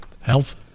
health